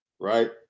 right